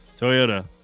Toyota